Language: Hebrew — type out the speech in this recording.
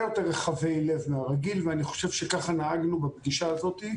יותר רחבי לב מהרגיל ואני חושב שכך נהגנו בפגישה הזאת,